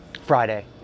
Friday